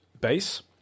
base